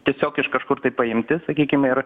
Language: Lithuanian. tiesiog iš kažkur tai paimti sakykim ir